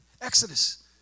Exodus